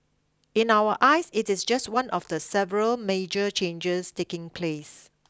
in our eyes it is just one of the several major changes taking place